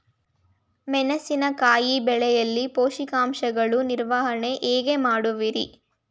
ಮೆಣಸಿನಕಾಯಿ ಬೆಳೆಯಲ್ಲಿ ಪೋಷಕಾಂಶಗಳ ನಿರ್ವಹಣೆ ಹೇಗೆ ಮಾಡುವಿರಿ?